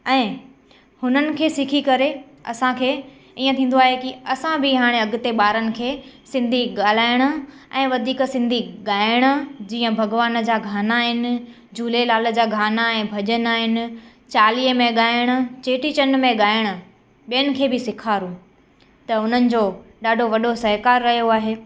ऐं हुनन खे सिखी करे असांखे ईअं थींदो आहे की असां बि हाणे अॻिते ॿारनि खे सिंधी ॻाल्हाइणु ऐं वधीक सिंधी ॻाइणु जीअं भॻिवान जा गाना आहिनि झूलेलाल जा गाना ऐं भॼन आहिनि चालीहे में ॻाइणु चेटीचंड में ॻाइणु ॿियनि खे बि सेखारूं त उन्हनि जो ॾाढो वॾो सहकारु रहियो आहे